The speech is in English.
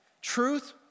Truth